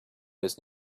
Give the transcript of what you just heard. was